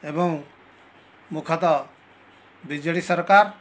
ଏବଂ ମୁଖ୍ୟତଃ B J D ସରକାର